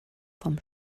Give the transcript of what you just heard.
vom